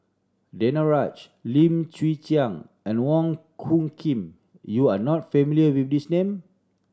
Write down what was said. Danaraj Lim Chwee Chian and Wong Hung Khim you are not familiar with these name